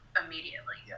immediately